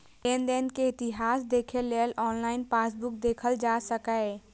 लेनदेन के इतिहास देखै लेल ऑनलाइन पासबुक देखल जा सकैए